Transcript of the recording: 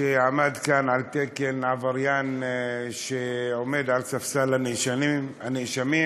שעמד כאן על תקן עבריין שעומד על דוכן הנאשמים.